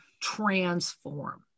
transform